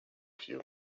few